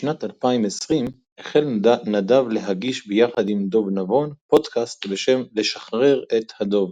משנת 2020 החל נדב להגיש ביחד עם דב נבון פודקאסט בשם "לשחרר את הדב".